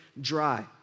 dry